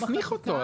אז נסמיך אותו,